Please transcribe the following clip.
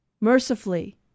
mercifully